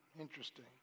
Interesting